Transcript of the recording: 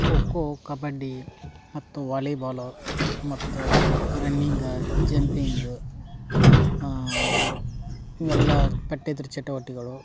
cocoa kabaddi ಮತ್ತು volleyball ಮತ್ತು running jumping ಇವೆಲ್ಲ ಪಠ್ಯೇತರ ಚಟುವಟಿಕೆಗಳು